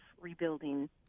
rebuilding